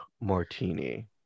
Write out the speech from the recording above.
martini